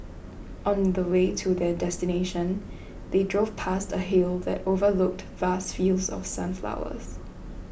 on the way to their destination they drove past a hill that overlooked vast fields of sunflowers